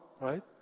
right